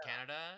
Canada